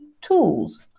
tools